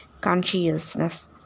consciousness